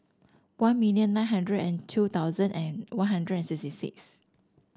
one million nine hundred and two thousand and One Hundred and sixty six